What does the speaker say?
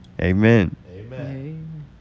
Amen